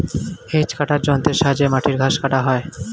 hedge কাটার যন্ত্রের সাহায্যে মাটির ঘাস কাটা হয়